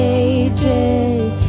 ages